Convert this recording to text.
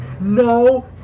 no